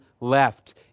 left